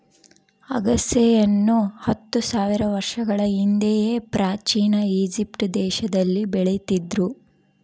ಅಗಸೆಯನ್ನು ಹತ್ತು ಸಾವಿರ ವರ್ಷಗಳ ಹಿಂದೆಯೇ ಪ್ರಾಚೀನ ಈಜಿಪ್ಟ್ ದೇಶದಲ್ಲಿ ಬೆಳೀತಿದ್ರು